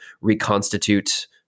reconstitute